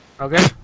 Okay